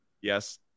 Yes